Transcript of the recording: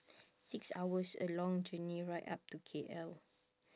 six hours a long journey right up to K_L